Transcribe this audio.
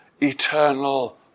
eternal